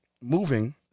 moving